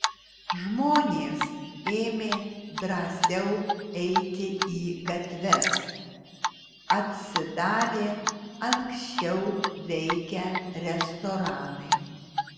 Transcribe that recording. žmonės ėmė drąsiau eiti į gatves atsidarė anksčiau veikę restoranai